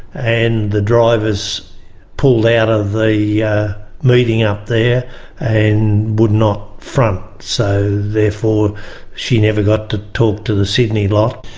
and the drivers pulled out of the yeah meeting up there and would not front. so therefore she never got to talk to the sydney lot.